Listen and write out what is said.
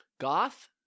Goth